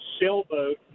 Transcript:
sailboat